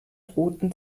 roten